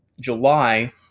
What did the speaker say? July